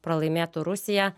pralaimėtų rusija